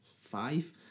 five